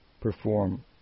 perform